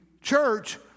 church